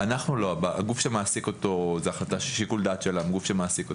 אנחנו לא, זה שיקול דעת של הגוף שמעסיק אותו.